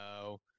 No